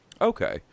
Okay